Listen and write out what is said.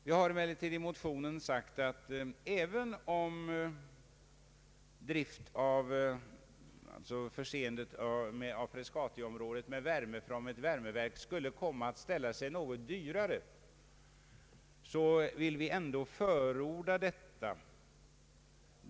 Vi har emellertid i motionen sagt att även om förseendet av Frescatiområdet med värme från ett fjärrvärmeverk skulle komma att ställa sig något dyrare vill vi ändå förorda detta.